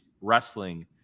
wrestling